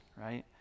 right